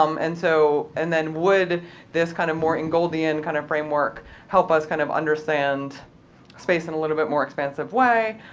um and so and then would this kind of more ingoldian kind of framework help us kind of understand space in a little bit more expansive way.